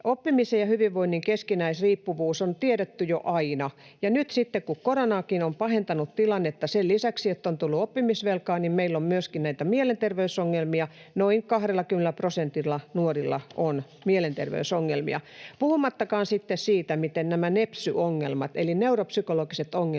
Oppimisen ja hyvinvoinnin keskinäisriippuvuus on tiedetty jo aina. Nyt sitten koronakin on pahentanut tilannetta. Sen lisäksi, että on tullut oppimisvelkaa, meillä on myöskin näitä mielenterveysongelmia. Noin 20 prosentilla nuorista on mielenterveysongelmia, puhumattakaan sitten siitä, miten nämä nepsy- ongelmat, eli neuropsykologiset ongelmat,